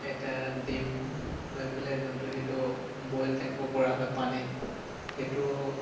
এটা ডিম লৈ পেলাই যোনটো সেইটো বইল টাইপৰ কৰা হয় পানীত সেইটো